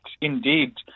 indeed